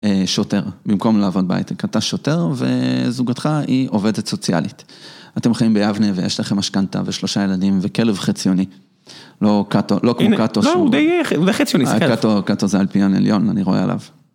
שוטר, במקום לעבוד בהייטק. אתה שוטר, וזוגתך היא עובדת סוציאלית. אתם חיים ביבנה, ויש לכם משכנתה, ושלושה ילדים, וכלב חציוני. לא קאטו, הינה, לא כמו קאטו, שהוא... לא, הוא די חציוני, הסתכל עליו. קאטו זה אלפיון עליון, אני רואה עליו.